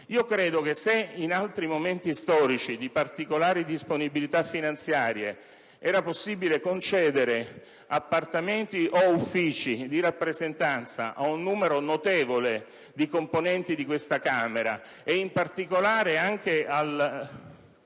che probabilmente in altri momenti storici di particolare disponibilità finanziaria era forse anche possibile concedere appartamenti o uffici di rappresentanza a un numero notevole di componenti di questa Camera e, in particolare, a